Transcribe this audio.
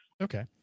okay